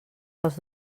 dels